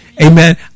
Amen